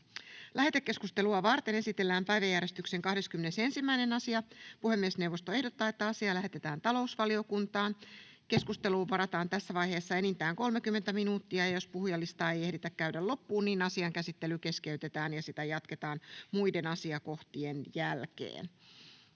Lähetekeskustelua varten esitellään päiväjärjestyksen 16. asia. Puhemiesneuvosto ehdottaa, että asia lähetetään lakivaliokuntaan. Keskusteluun varataan tässä vaiheessa enintään 30 minuuttia. Jos puhujalistaa ei tässä ajassa ehditä käydä loppuun, asian käsittely keskeytetään ja sitä jatketaan muiden asiakohtien jälkeen.